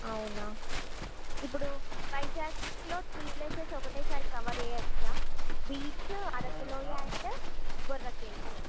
అవునా ఇప్పుడు వైజాగ్లో త్రీ ప్లేసెస్ ఒకటేసారి కవర్ చేయచ్చా beach Arakuloya and Borra caves